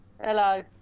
Hello